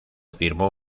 firmó